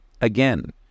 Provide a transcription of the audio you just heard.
again